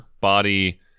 body